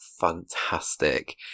fantastic